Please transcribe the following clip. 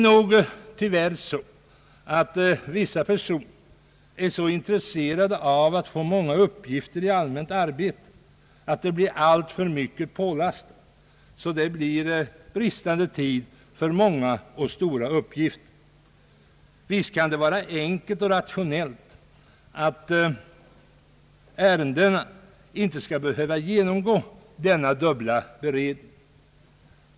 Vissa personer är tyvärr så intresserade av att få många uppgifter i allmänt arbete att de lastar på sig alltför mycket och får för litet tid till många stora uppgifter. Visst kan det vara enkelt och rationellt att inte låta ärendena genomgå denna dubbla beredning.